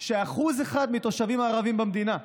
שאחוז אחד מהתושבים הערבים במדינה,